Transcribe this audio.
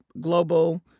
global